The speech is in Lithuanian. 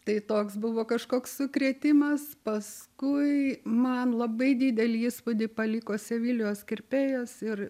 tai toks buvo kažkoks sukrėtimas paskui man labai didelį įspūdį paliko sevilijos kirpėjas ir